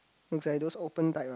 is like those open type ah